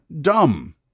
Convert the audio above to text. dumb